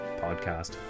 podcast